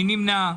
מי נמנע?